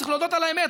צריך להודות על האמת,